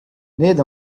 need